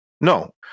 No